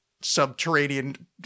subterranean